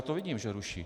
Já to vidím, že ruší.